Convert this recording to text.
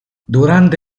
durante